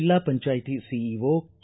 ಜಿಲ್ಲಾ panchayat CEO K